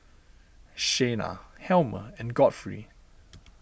Shayna Helmer and Godfrey